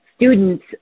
students